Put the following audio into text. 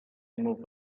moved